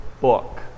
book